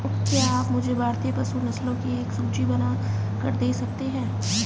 क्या आप मुझे भारतीय पशु नस्लों की एक सूची बनाकर दे सकते हैं?